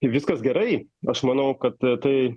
viskas gerai aš manau kad tai